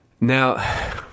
now